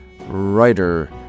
writer